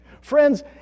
Friends